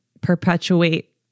perpetuate